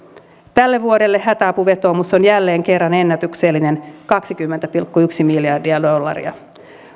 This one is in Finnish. tälle vuodelle hätäapuvetoomus on jälleen kerran ennätyksellinen kaksikymmentä pilkku yksi miljardia dollaria